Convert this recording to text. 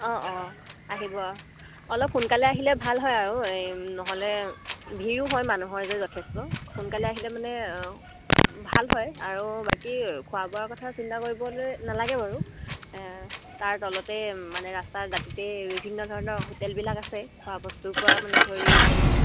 অঁ অঁ আহিব অলপ সোনকালে আহিলে ভাল হয় আৰু এই নহ'লে ভিৰো হয় মানুহৰ যে যথেষ্ট সোনকালে আহিলে মানে ভাল হয় আৰু বাকী খোৱা বোৱাৰ কথা চিন্তা কৰিবলৈ নালাগে বাৰু তাৰ তলতে মানে ৰাস্তাৰ দাঁতিতেই বিভিন্ন ধৰণৰ হোটেলবিলাক আছে খোৱা বস্তুৰ পৰা মানে ধৰি ধৰক